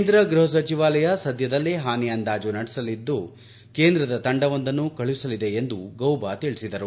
ಕೇಂದ್ರ ಗ್ಟಪ ಸಚಿವಾಲಯ ಸದ್ದದಲ್ಲೇ ಹಾನಿ ಅಂದಾಜು ನಡೆಸಲು ಕೇಂದ್ರದ ತಂಡವೊಂದನ್ನು ಕಳುಹಿಸಲಿದೆ ಎಂದು ಗೌಬ ತಿಳಿಸಿದರು